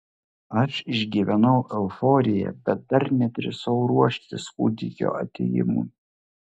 aš išgyvenau euforiją bet dar nedrįsau ruoštis kūdikio atėjimui